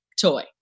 toy